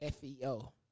FEO